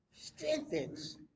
strengthens